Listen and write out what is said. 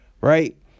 Right